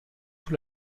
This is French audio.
tout